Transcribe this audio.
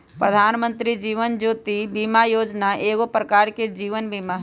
प्रधानमंत्री जीवन ज्योति बीमा जोजना एगो प्रकार के जीवन बीमें हइ